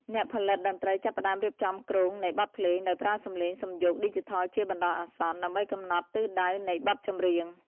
អ្នកផលិតតន្ត្រីចាប់ផ្ដើមរៀបចំគ្រោងនៃបទភ្លេង ដោយប្រើសំឡេងសំយោគឌីជីថលជាបណ្ដោះអាសន្ន ដើម្បីកំណត់ទិសដៅនៃបទចម្រៀង។